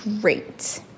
great